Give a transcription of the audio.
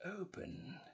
open